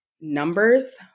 numbers